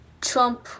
Trump